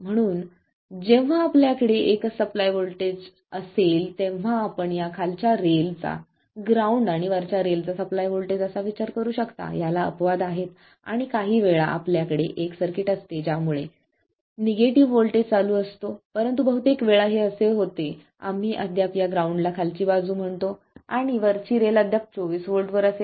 म्हणून जेव्हा आपल्याकडे एकच सप्लाय असेल तेव्हा आपण या खालच्या रेल चा ग्राउंड आणि वरच्या रेल चा सप्लाय व्होल्टेज असा विचार करू शकता याला अपवाद आहेत कारण काहीवेळा आपल्याकडे एक सर्किट असते ज्यामुळे निगेटिव्ह व्होल्टेज चालू असतो परंतु बहुतेक वेळा हे असे होते आम्ही अद्याप या ग्राउंडला खालची बाजू म्हणतो आणि वरची रेल अद्याप 24 व्होल्टवर असेल